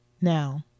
Now